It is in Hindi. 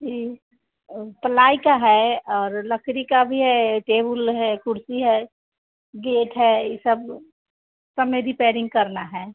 जी प्लाई का है और लकड़ी का भी है टेबुल है कुर्सी है गेट है यह सब सब में रिपेयरिंग करना है